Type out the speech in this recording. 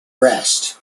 rest